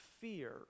fear